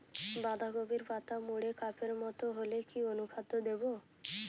বাঁধাকপির পাতা মুড়ে কাপের মতো হলে কি অনুখাদ্য দেবো?